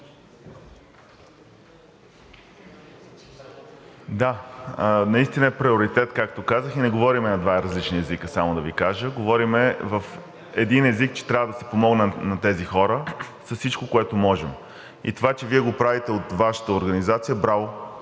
Да, наистина е приоритет, както казах, и не говорим на два различни езика само да Ви кажа. Говорим на един език, че трябва да се помогне на тези хора с всичко, което можем. И това, че Вие го правите от Вашата организация, браво!